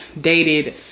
dated